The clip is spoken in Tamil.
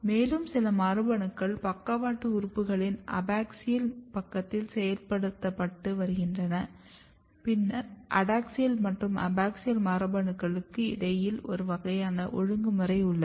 மேலும் சில மரபணுக்கள் பக்கவாட்டு உறுப்புகளின் அபாக்சியல் பக்கத்தில் செயல்படுத்தப்பட்டு வருகின்றன பின்னர் அடாக்சியல் மற்றும் அபாக்ஸியல் மரபணுக்களுக்கு இடையில் ஒரு வகையான ஒழுங்குமுறை உள்ளது